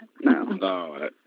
No